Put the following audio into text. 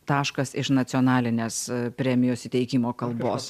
taškas iš nacionalinės premijos įteikimo kalbos